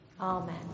Amen